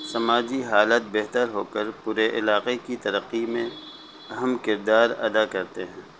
سماجی حالت بہتر ہو کر پورے علاقے کی ترقی میں اہم کردار ادا کرتے ہیں